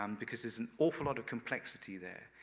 um because there's an awful lot of complexity there.